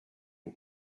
eau